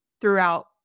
throughout